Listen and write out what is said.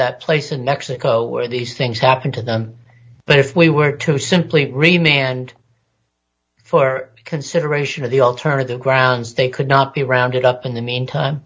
that place in mexico where these things happen to them but if we were to simply remain and for consideration of the alternative grounds they could not be rounded up in the